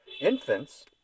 Infants